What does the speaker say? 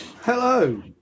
hello